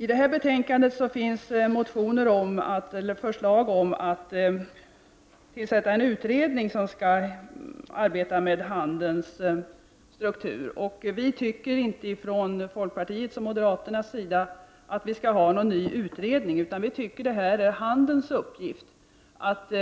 I detta betänkande behandlas förslag om att tillsätta en utredning som skall arbeta med handelns struktur. Vi i folkpartiet och moderata samlingspartiet anser inte att det skall tillsättas en ny utredning. Vi tycker att det är handelns uppgift att